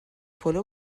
پلو